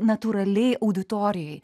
natūraliai auditorijoj